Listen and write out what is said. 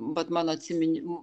vat mano atsiminimų